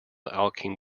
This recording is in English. alkene